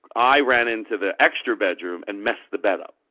i ran into the extra bedroom and messed the bed up.